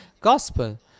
gospel